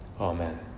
amen